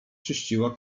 czyściła